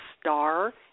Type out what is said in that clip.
star